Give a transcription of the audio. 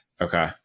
Okay